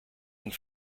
und